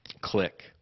Click